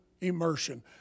immersion